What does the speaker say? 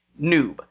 Noob